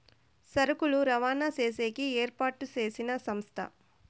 సరుకులు రవాణా చేసేకి ఏర్పాటు చేసిన సంస్థ